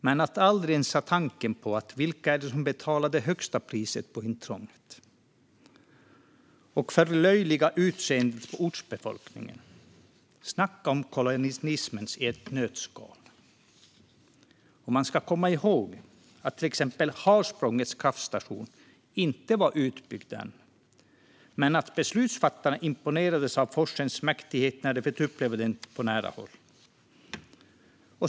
Men de hade inte en tanke på vilka det var som betalade det högsta priset för intrånget, och de förlöjligade utseendet på ortsbefolkningen. Snacka om kolonialismen i ett nötskal! Man ska komma ihåg att till exempel Harsprångets kraftstation inte var utbyggd än men att beslutsfattarna imponerades av forsens mäktighet när de fick uppleva och se den på nära håll.